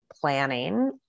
planning